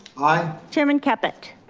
aye. chairman caput?